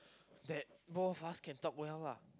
that both of us can talk well lah